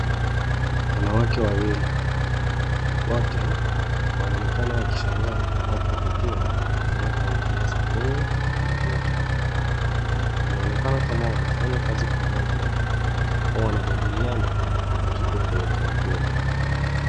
Wanawake wawili, wote wanaonekana wakishangaa au kuvutiwa, wanapoangalia skrini ya kompyuta. Wanaonekana kama wanafanya kazi pamoja, au wanajadiliana kitu kwenye kompyuta.